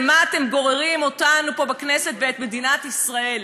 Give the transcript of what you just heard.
למה אתם גוררים אותנו פה בכנסת ואת מדינת ישראל?